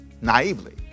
naively